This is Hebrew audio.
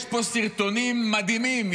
יש פה סרטונים מדהימים,